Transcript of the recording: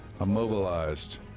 Immobilized